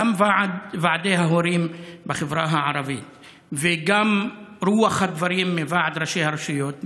גם ועדי ההורים בחברה הערבית וגם רוח הדברים מוועד ראשי הרשויות,